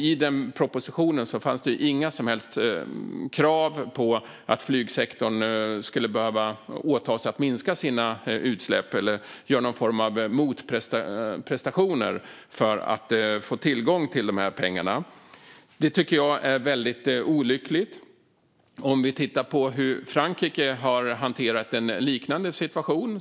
I propositionen fanns det inga som helst krav på att flygsektorn skulle behöva åta sig att minska sina utsläpp eller göra någon form av motprestationer för att få tillgång till de pengarna. Det är väldigt olyckligt. Vi kan titta på hur Frankrike har hanterat en liknande situation.